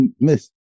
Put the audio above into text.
miss